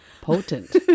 potent